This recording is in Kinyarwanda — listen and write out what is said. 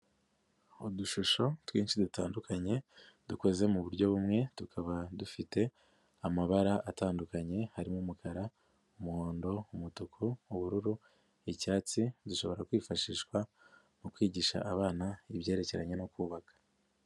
Udushusho twinshi dutandukanye dukoze mu buryo bumwe, tukaba dufite amabara atandukanye harimo: umukara, umuhondo, umutuku, ubururu, icyatsi, dushobora kwifashishwa mu kwigisha abana ibyerekeranye no kubaka.